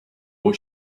what